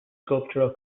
sculptural